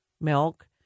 milk